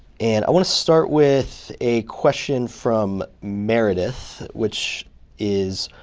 and i want to start with a question from meredith, which is